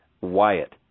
Wyatt